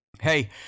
Hey